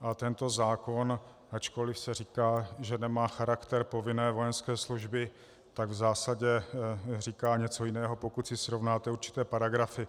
A tento zákon, ačkoliv se říká, že nemá charakter povinné vojenské služby, tak v zásadě říká něco jiného, pokud si srovnáte určité paragrafy.